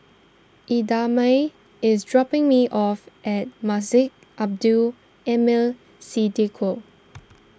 Idamae is dropping me off at Masjid Abdul Aleem Siddique